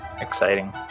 exciting